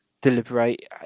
deliberate